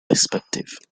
perspective